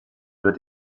wird